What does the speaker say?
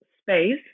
space